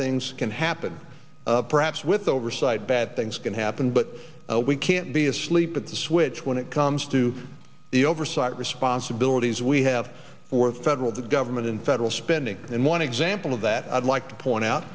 things can happen perhaps with oversight bad things can happen but we can't be asleep at the switch when it comes to the oversight responsibilities we have for the federal government in federal spending and one example of that i'd like to point out